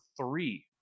three